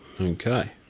Okay